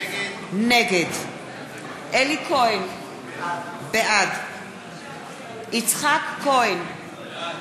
נגד אלי כהן, בעד יצחק כהן, בעד מאיר כהן, אינו